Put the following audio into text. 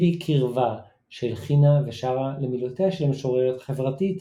בי קרבה" שהלחינה ושרה למילותיה של המשוררת החברתית